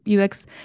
UX